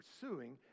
pursuing